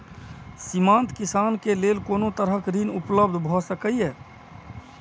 सीमांत किसान के लेल कोन तरहक ऋण उपलब्ध भ सकेया?